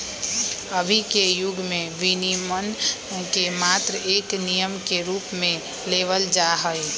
अभी के युग में विनियमन के मात्र एक नियम के रूप में लेवल जाहई